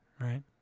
right